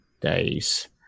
days